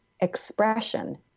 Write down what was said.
expression